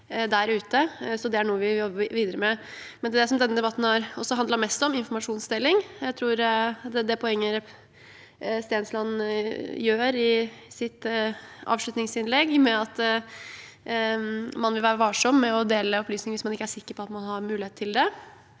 det er noe vi jobber videre med. Til det som denne debatten har handlet mest om: informasjonsdeling. Jeg tror det poenget Stensland har i sitt avslutningsinnlegg, at man vil være varsom med å dele opplysninger hvis man ikke er sikker på at man har mulighet til det,